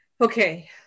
Okay